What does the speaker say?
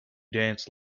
danced